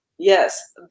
Yes